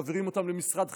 מעבירים אותן למשרד חדש,